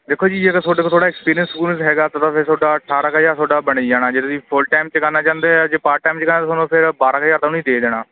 ਦੇਖੋ ਜੀ ਜੇ ਤੁਹਾਡੇ ਕੋਲ ਥੋੜਾ ਐਕਸਪੀਰੀਅੰਸ ਪੂਰੰਸ ਹੈਗਾ ਅਠਾਰਾਂ ਕ ਹਜ਼ਾਰ ਥੋਡਾ ਬਣੀ ਜਾਣਾ ਜੇ ਤੁਸੀਂ ਫੁੱਲ ਟਾਈਮ 'ਚ ਕਰਨਾ ਚਾਹੁੰਦੇ ਆ ਜੇ ਪਾਰਟ ਟਾਈਮ 'ਚ ਕਰਨਾ ਤੁਹਾਨੂੰ ਫਿਰ ਉਹਨੂੰ ਬਾਰਾਂ ਹਜ਼ਾਰ ਥੋਨੂੰ ਉਹਨਾਂ ਨੇ ਦੇ ਦੇਣਾ